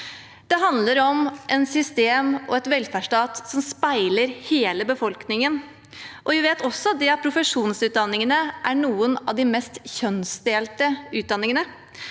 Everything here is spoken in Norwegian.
Det handler om et system og en velferdsstat som speiler hele befolkningen. Vi vet også at profesjonsutdanningene er noen av de mest kjønnsdelte utdanningene.